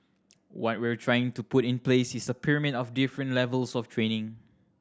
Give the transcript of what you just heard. what we're trying to put in place is a pyramid of different levels of training